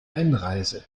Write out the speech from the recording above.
einreise